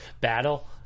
battle